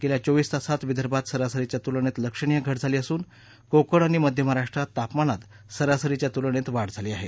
गेल्या चोविस तासात विदर्भात सरासरीच्या तुलनेत लक्षणीय घट झाली असून कोकण आणि मध्य महाराष्ट्रात तापमानात सरासरीच्या तुलनेत वाढ झाली आहे